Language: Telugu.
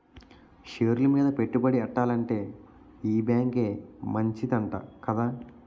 షేర్లు మీద పెట్టుబడి ఎట్టాలంటే ఈ బేంకే మంచిదంట కదా